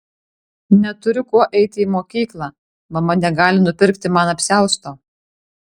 neturiu kuo eiti į mokyklą mama negali nupirkti man apsiausto